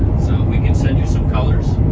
so we can send you some colors.